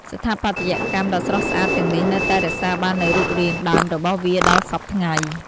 ស្ថាបត្យកម្មដ៏ស្រស់ស្អាតទាំងនេះនៅតែរក្សាបាននូវរូបរាងដើមរបស់វាដល់សព្វថ្ងៃ។